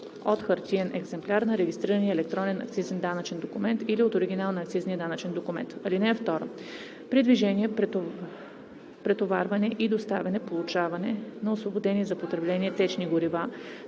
от хартиен екземпляр на регистрирания електронен акцизен данъчен документ или от оригинал на акцизния данъчен документ. (2) При движение, претоварване и доставяне/получаване на освободени за потребление течни горива,